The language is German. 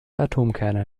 atomkerne